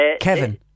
Kevin